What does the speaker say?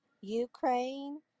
Ukraine